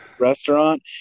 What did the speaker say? restaurant